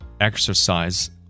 exercise